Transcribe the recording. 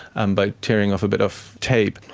um by tearing off a bit of tape.